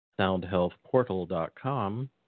soundhealthportal.com